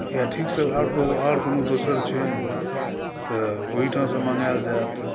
या ठीकसँ आर कहू आर कोनो दोसर छै तऽ ओहीठामसँ मङ्गायल जायत